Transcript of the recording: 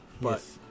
Yes